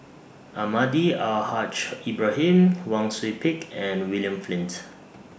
Almahdi Al Haj Ibrahim Wang Sui Pick and William Flint